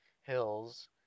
hills